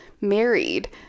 married